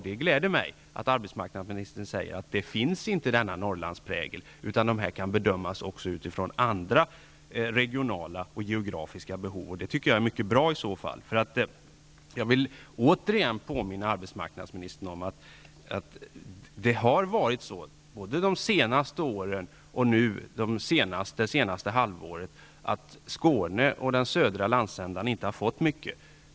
Det gläder mig att arbetsmarknadsministern säger att det inte finns någon Norrlandsprägel, utan att förslagen kan bedömas utifrån andra regionala och geografiska behov. Det är i så fall mycket bra. Jag vill återigen påminna arbetsmarknadsministern om att det har varit så, både de senaste åren och det senaste halvåret, att Skåne och den södra landsändan inte har fått så mycket.